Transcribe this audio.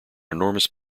enormous